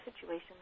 situation